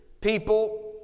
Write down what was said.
people